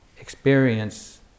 experience